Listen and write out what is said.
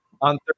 on